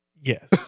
Yes